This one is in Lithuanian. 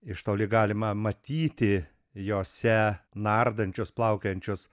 iš toli galima matyti jose nardančius plaukiojančius